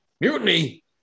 Mutiny